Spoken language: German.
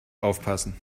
aufpassen